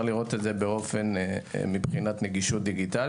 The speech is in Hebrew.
יהיה לראות את זה מבחינת נגישות דיגיטלית.